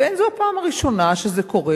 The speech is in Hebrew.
ואין זו הפעם הראשונה שזה קורה,